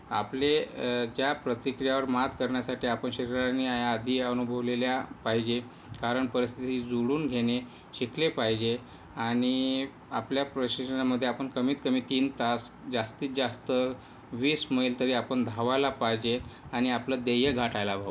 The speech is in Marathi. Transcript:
आपले ज्या प्रतिक्रियावर मात करण्यासाठी आपल्या शरीराने आधी अनुभवलेल्या पाहिजे कारण परिस्थिती जोडून घेणे शिकले पाहिजे आणि आपल्या प्रशिक्षणामध्ये आपण कमीत कमी तीन तास जास्तीत जास्त वीस मैल तरी आपण धावायला पाहिजे आणि आपलं ध्येय गाठायला हवं